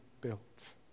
built